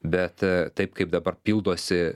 bet taip kaip dabar pildosi